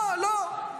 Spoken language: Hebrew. לא, לא.